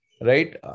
Right